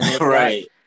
right